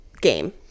game